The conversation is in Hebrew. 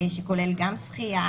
שכולל גם שחייה.